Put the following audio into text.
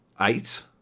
eight